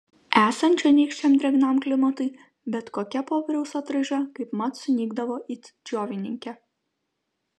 esant čionykščiam drėgnam klimatui bet kokia popieriaus atraiža kaipmat sunykdavo it džiovininkė